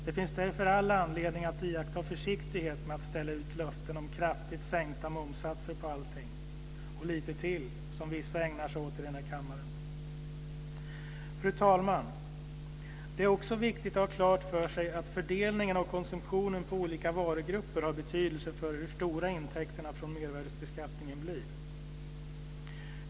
Det finns därför all anledning att iaktta försiktighet med att ställa ut löften om kraftigt sänkta momssatser på allting, och lite till, som vissa ägnar sig åt i den här kammaren. Fru talman! Det är också viktigt att ha klart för sig att fördelningen av konsumtionen på olika varugrupper har betydelse för hur stora intäkterna från mervärdesbeskattningen blir.